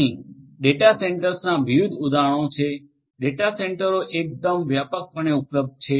અહીં ડેટા સેન્ટર્સના વિવિધ ઉદાહરણો છે ડેટા સેન્ટરો એકદમ વ્યાપકપણે ઉપલબ્ધ છે